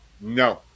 No